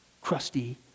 crusty